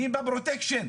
מי בפרוטקשן,